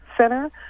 center